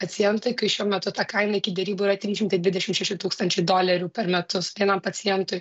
pacientui kai šiuo metu ta kaina iki derybų yra trys šimtai dvidešim šeši tūkstančiai dolerių per metus vienam pacientui